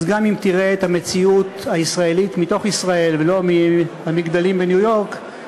אז גם אם תראה את המציאות הישראלית מתוך ישראל ולא מהמגדלים בניו-יורק,